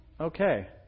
Okay